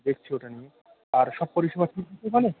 আমি দেখছি ওটা নিয়ে আর সব পরিষেবা